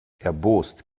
erbost